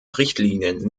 richtlinien